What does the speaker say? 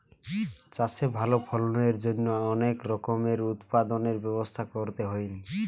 চাষে ভালো ফলনের জন্য অনেক রকমের উৎপাদনের ব্যবস্থা করতে হইন